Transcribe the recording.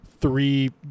three